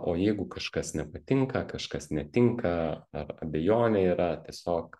o jeigu kažkas nepatinka kažkas netinka ar abejonė yra tiesiog